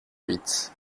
huit